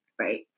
Right